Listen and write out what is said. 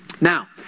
Now